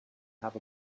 have